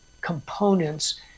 components